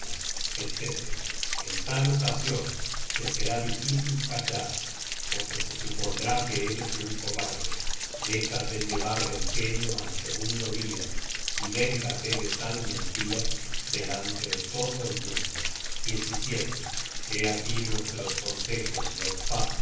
etc en tal ocasion te será difícil callar porque se supondrá que eres un cobarde déjate llevar del genio al segundo dia y véngate de tal mentira delante de todo el mundo hé aquí nuestros consejos